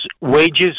wages